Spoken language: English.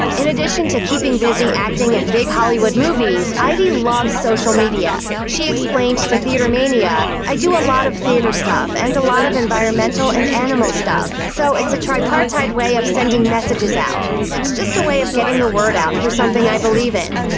in addition to keeping busy acting in big hollywood movies, ivey loves social media. she explained to theater mania, i do a lot of theater stuff and a lot of environmental and animal stuff, so it's a tripartite way of sending messages out it's just a way of getting the word out for something i believe in.